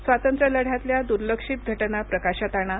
स्वातंत्र्यलढ्यातल्या दुर्लक्षित घटना प्रकाशात आणा